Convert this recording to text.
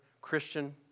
Christian